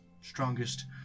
strongest